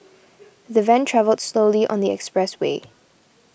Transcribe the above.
the van travelled slowly on the expressway